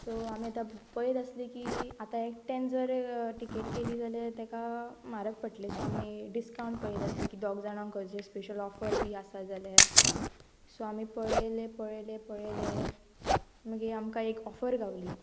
so आमी आतां पळयत आसली की आतां एकटेन जर टिकेट केली जाल्यार तेका म्हारग पडटली सो आमी डिस्कावंट पळयत आसली की दोग जाणांक खंयची स्पेशल ऑफर बी आसा जाल्या सो आमी पळयले पळयले पळयले मागीर आमकां एक ऑफर गावली